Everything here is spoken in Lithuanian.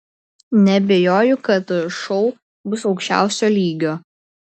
neabejoju kad šou bus aukščiausio lygio